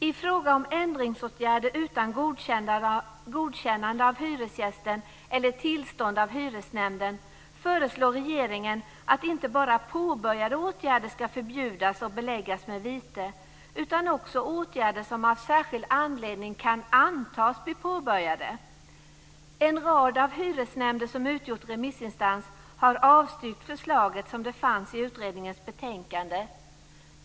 I fråga om ändringsåtgärder utan godkännande av hyresgästen eller tillstånd av hyresnämnden föreslår regeringen att inte bara påbörjade åtgärder ska förbjudas och beläggas med vite utan också åtgärder som av särskild anledning kan antas bli påbörjade. En rad av hyresnämnder som utgjort remissinstans har avstyrkt förslaget som det fanns i utredningens betänkande.